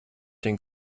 den